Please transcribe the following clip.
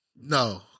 No